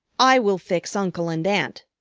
i will fix uncle and aunt,